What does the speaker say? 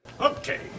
Okay